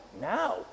now